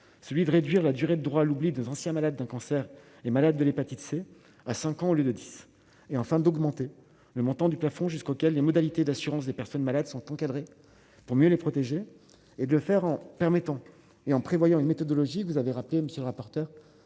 celui de réduire la durée du droit à l'oubli des anciens malade d'un cancer, les malades de l'hépatite C à 5 ans au lieu de 10 et enfin d'augmenter le montant du plafond jusqu'auquel les modalités d'assurance des personnes malades sont encadrés pour mieux les protéger et de le faire en permettant et en prévoyant une méthodologie, vous avez rappelé monsieur le rapporteur,